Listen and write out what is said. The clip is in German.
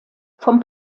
vom